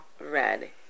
red